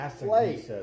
play